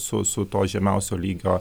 su su to žemiausio lygio